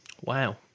Wow